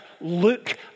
look